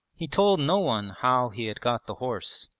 he told no one how he had got the horse.